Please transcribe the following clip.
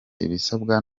ibisabwa